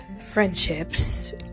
friendships